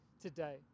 today